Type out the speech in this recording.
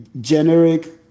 generic